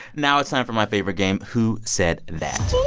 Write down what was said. now it's time for my favorite game, who said that